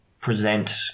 present